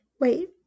Wait